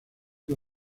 que